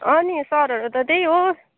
अनि सरहरू त त्यही हो